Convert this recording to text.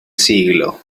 siglo